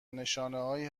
نشانههایی